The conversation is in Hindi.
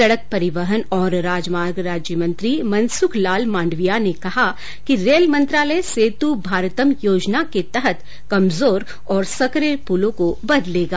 सड़क परिवहन और राजमार्ग राज्य मंत्री मनसुख लाल मांडविया ने कहा कि रेल मंत्रालय सेतु भारतम योजना के तहत कमजोर और संकरे पुलों को बदलेगा